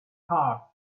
heart